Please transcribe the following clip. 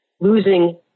losing